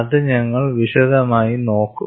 അത് ഞങ്ങൾ വിശദമായി നോക്കും